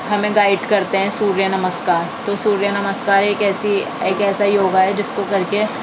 ہمیں گائیڈ کرتے ہیں سوریہ نمسکار تو سوریہ نمسکار ایک ایسی ایک ایسا یوگا ہے جس کو کر کے